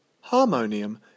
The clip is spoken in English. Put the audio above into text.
Harmonium